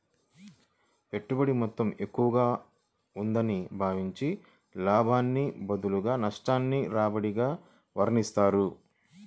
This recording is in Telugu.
పెట్టుబడి మొత్తం ఎక్కువగా ఉందని భావించి, లాభానికి బదులు నష్టాన్ని రాబడిగా వర్ణిస్తారు